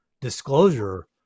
disclosure